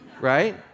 right